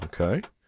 Okay